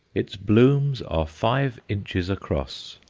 its blooms are five inches across,